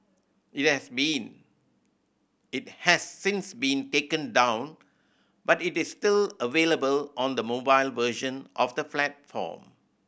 it has been it has since been taken down but it is still available on the mobile version of the platform